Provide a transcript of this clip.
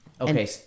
okay